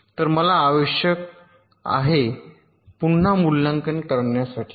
तर मला आवश्यक आहे ला पुन्हा मूल्यांकन करण्यासाठी